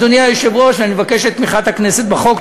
אדוני היושב-ראש, אני מבקש את תמיכת הכנסת בחוק.